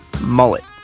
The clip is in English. mullet